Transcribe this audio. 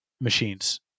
machines